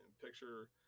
Picture